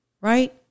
right